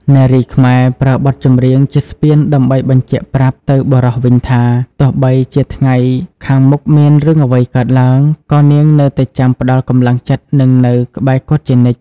នារីខ្មែរប្រើបទចម្រៀងជាស្ពានដើម្បីបញ្ជាក់ប្រាប់ទៅបុរសវិញថា ទោះបីជាថ្ងៃខាងមុខមានរឿងអ្វីកើតឡើង ក៏នាងនៅតែចាំផ្ដល់កម្លាំងចិត្ត និងនៅក្បែរគាត់ជានិច្ច។